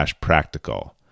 practical